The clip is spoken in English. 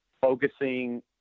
focusing